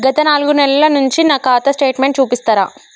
గత నాలుగు నెలల నుంచి నా ఖాతా స్టేట్మెంట్ చూపిస్తరా?